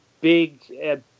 big